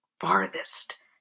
farthest